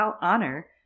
honor